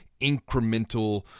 incremental